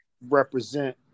represent